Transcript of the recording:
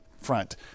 front